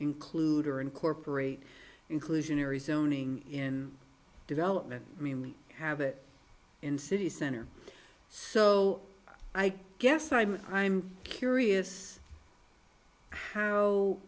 include or incorporate inclusionary zoning in development i mean we have it in city center so i guess i'm i'm curious how